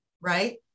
right